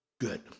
good